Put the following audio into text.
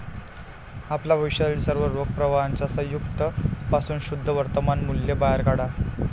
आपल्या भविष्यातील सर्व रोख प्रवाहांच्या संयुक्त पासून शुद्ध वर्तमान मूल्य बाहेर काढा